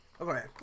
Okay